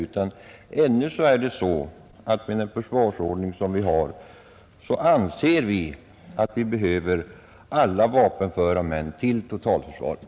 Fortfarande är det så att med den försvarsordning som gäller anser vi att vi behöver alla vapenföra män till totalförsvaret.